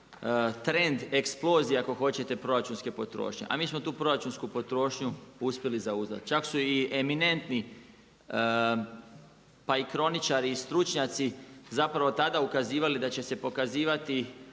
trend, eksplozija, ako hoćete proračunske potrošnje, a mi smo tu proračunsku potrošnju uspjeli zauzdati. Čak su i eminentni pa i kroničari i stručnjaci tada ukazivali da će se pokazivati